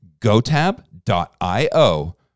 GoTab.io